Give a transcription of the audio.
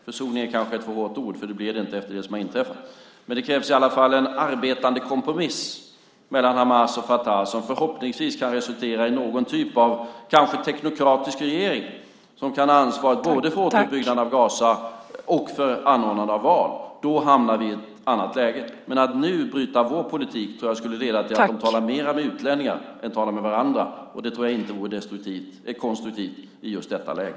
Försoning är kanske ett för hårt ord, för det blir det inte efter det som har inträffat, men det krävs i alla fall en arbetande kompromiss mellan Hamas och Fatah som förhoppningsvis kan resultera i någon typ av kanske teknokratisk regering som kan ha ansvaret både för återuppbyggandet av Gaza och för anordnande av val. Då hamnar vi i ett annat läge. Men att nu bryta vår politik tror jag skulle leda till att de pratar mer med utlänningar än med varandra, och det tror jag inte vore konstruktivt i detta läge.